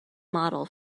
model